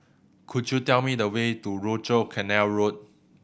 could you tell me the way to Rochor Canal Road